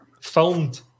filmed